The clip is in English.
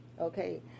okay